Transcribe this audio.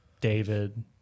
David